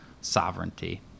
sovereignty